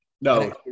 no